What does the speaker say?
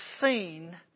seen